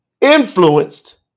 Influenced